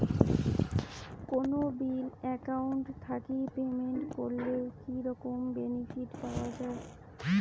কোনো bill account থাকি payment করলে কি রকম বেনিফিট পাওয়া য়ায়?